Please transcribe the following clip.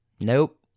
Nope